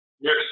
Yes